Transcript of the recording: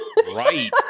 Right